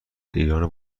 ایران